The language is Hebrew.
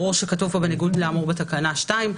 ברור שכתוב פה בניגוד לאמור בתקנה 2,